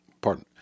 pardon